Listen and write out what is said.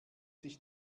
sich